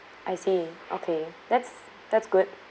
I see okay that's that's good